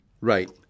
Right